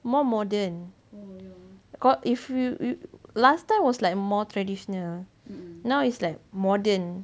more modern got if you you last time was like more traditional now is like modern